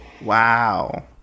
wow